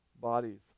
bodies